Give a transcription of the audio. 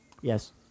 Yes